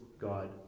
God